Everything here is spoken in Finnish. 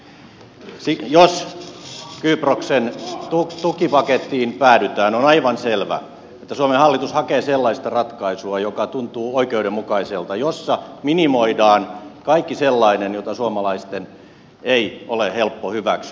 jos kyproksen tukipakettiin päädytään on aivan selvä että suomen hallitus hakee sellaista ratkaisua joka tuntuu oikeudenmukaiselta jossa minimoidaan kaikki sellainen mitä suomalaisten ei ole helppo hyväksyä